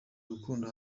rukundo